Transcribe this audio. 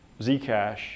Zcash